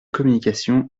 communication